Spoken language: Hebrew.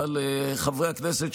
ועל חברי הכנסת,